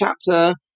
chapter